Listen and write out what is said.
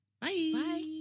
Bye